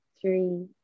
three